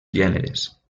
gèneres